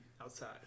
outside